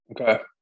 Okay